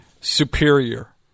Superior